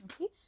okay